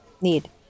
need